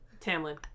Tamlin